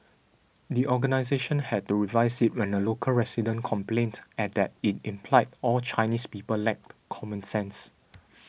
the organisation had to revise it when a local resident complained at that it implied all Chinese people lacked common sense